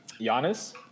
Giannis